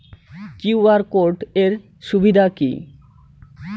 QR code এর সুবিধা কি?